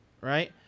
right